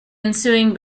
ensuing